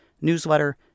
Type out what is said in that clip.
newsletter